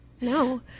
No